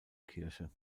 kirche